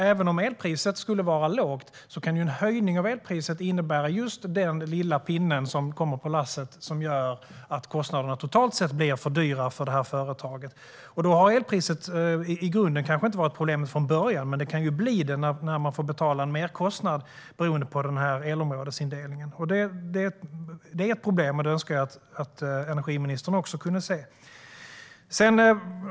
Även om elpriset skulle vara lågt kan en höjning av elpriset utgöra den lilla pinne på lasset som gör att kostnaderna totalt sett blir för höga för ett företag. Då har elpriset i grunden kanske inte varit problemet från början, men det kan bli det när man får betala en merkostnad beroende på elområdesindelningen. Det är ett problem, och det önskar jag att energiministern också kunde se.